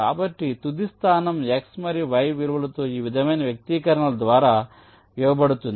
కాబట్టి తుది స్థానం x మరియు y విలువలతో ఈ విధమైన వ్యక్తీకరణల ద్వారా ఇవ్వబడుతుంది